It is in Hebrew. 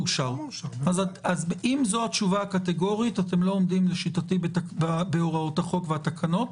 אם זו התשובה הקטגורית אז לשיטתי אתם לא עומדים בהוראות החוק והתקנות.